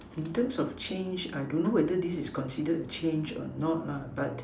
in terms of change I don't know whether this is considered or not but